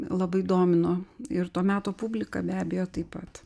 labai domino ir to meto publika be abejo taip pat